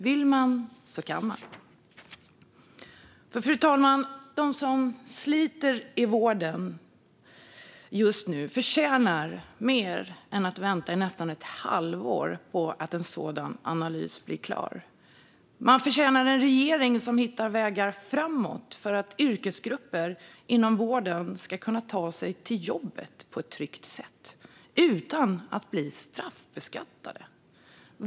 Om man vill kan man. Fru talman! De som sliter i vården just nu förtjänar mer än att vänta nästan ett halvår på att en sådan analys ska bli klar. De förtjänar en regering som hittar vägar framåt för att yrkesgrupper inom vården ska kunna ta sig till jobbet på ett tryggt sätt utan att bli straffbeskattade.